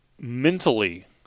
Mentally